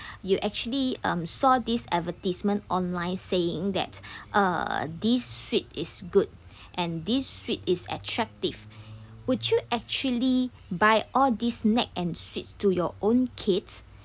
you actually um saw these advertisements online saying that uh this sweet is good and this sweet is attractive would you actually buy all these snack and sweet to your own kids